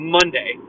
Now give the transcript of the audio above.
Monday